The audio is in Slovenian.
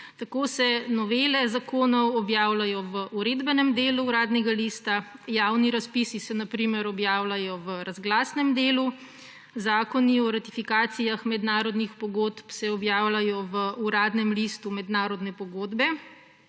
Tako se novele zakonov objavljajo v uredbenem delu Uradnega lista, javni razpisi se na primer objavljajo v razglasnem delu, zakoni o ratifikacijah mednarodnih pogodb se objavljajo v Uradnem listu mednarodne pogodbe,